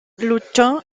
luchó